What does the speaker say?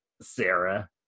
Sarah